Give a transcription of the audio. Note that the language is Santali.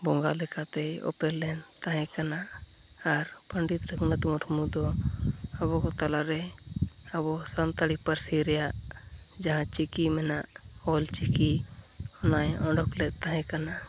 ᱵᱚᱸᱜᱟ ᱞᱮᱠᱟᱛᱮᱭ ᱩᱯᱮᱞ ᱞᱮᱱᱛᱟᱦᱮᱸ ᱠᱟᱱᱟ ᱟᱨ ᱯᱚᱸᱰᱮᱛ ᱨᱟᱹᱜᱷᱩᱱᱟᱛᱷ ᱢᱩᱨᱢᱩᱫᱚ ᱟᱵᱚᱠᱚ ᱛᱟᱞᱟᱨᱮ ᱟᱵᱚ ᱥᱟᱱᱛᱟᱲᱤ ᱯᱟᱹᱨᱥᱤ ᱨᱮᱭᱟᱜ ᱡᱟᱦᱟᱸ ᱪᱤᱠᱤ ᱢᱮᱱᱟᱜᱼᱟ ᱚᱞ ᱪᱤᱠᱤ ᱚᱱᱟᱭ ᱚᱰᱳᱠᱞᱮᱫ ᱛᱟᱦᱮᱸ ᱠᱟᱱᱟ